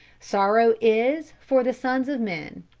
sorrow is for the sons of men,